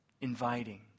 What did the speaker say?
Inviting